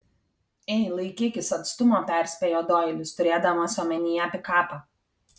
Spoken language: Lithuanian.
ei laikykis atstumo perspėjo doilis turėdamas omenyje pikapą